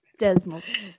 desmos